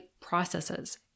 processes